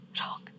wrong